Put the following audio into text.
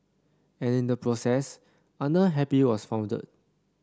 and in the process Under Happy was founded